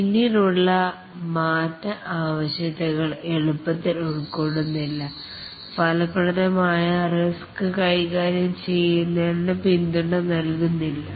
പിന്നീടുള്ള മാറ്റ ആവശ്യകതകൾ എളുപ്പത്തിൽ ഉൾക്കൊള്ളുന്നില്ല ഫലപ്രദമായ റിസ്ക് കൈകാര്യം ചെയ്യലിന് പിന്തുണ നൽകുന്നില്ല